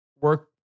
work